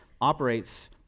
operates